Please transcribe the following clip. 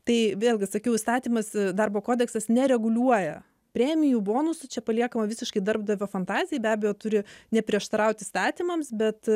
tai vėlgi sakiau įstatymas darbo kodeksas nereguliuoja premijų bonusų čia paliekama visiškai darbdavio fantazijai be abejo turi neprieštaraut įstatymams bet